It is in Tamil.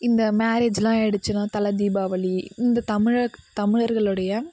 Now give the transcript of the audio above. இந்த மேரேஜ்லாம் ஆகிடுச்சுன்னா தலை தீபாவளி இந்த தமிழர் தமிழர்களுடைய